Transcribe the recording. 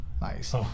Nice